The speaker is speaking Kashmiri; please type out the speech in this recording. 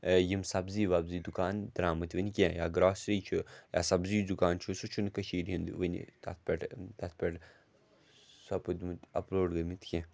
یِم سبزی وَبزی دُکان درٛامٕتۍ وٕنہِ کیٚنٛہہ یا گراسری چھُ یا سبزی دُکان چھُ سُہ چھُنہٕ کٔشیٖر ہِنٛدۍ وٕنہِ تَتھ پٮ۪ٹھ تَتھ پٮ۪ٹھ سپُدمُت اَپلوڈ گٔمٕتۍ کیٚنٛہہ